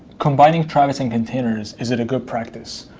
combining travis and containers, is it a good practice?